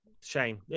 Shame